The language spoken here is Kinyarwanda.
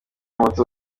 muto